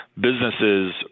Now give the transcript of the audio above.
businesses